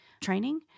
training